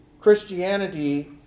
Christianity